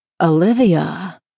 Olivia